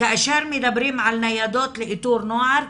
כאשר מדברים על ניידות לאיתור נוער,